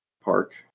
park